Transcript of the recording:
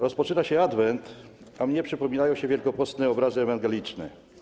Rozpoczyna się adwent, a mnie przypominają się wielkopostne obrazy ewangeliczne.